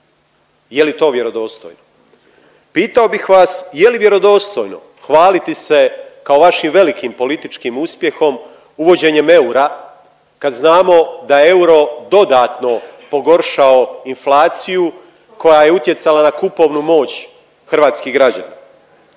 Je li to vjerodostojno? Pitao bih vas je li vjerodostojno hvaliti se kao vašim velikim političkim uspjehom uvođenjem eura, kad znamo da je euro dodatno pogoršao inflaciju koja je utjecala na kupovnu moć hrvatskih građana?